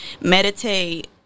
meditate